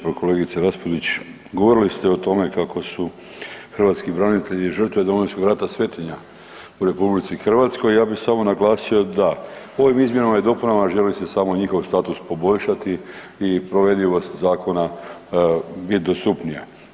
Pa kolegice Raspudić, govorili ste o tome kako su hrvatski branitelji i žrtve Domovinskog rata svetinja u RH i ja bi samo naglasio da ovim izmjenama i dopunama želi se samo njihov status poboljšati i provedljivost zakona je dostupnija.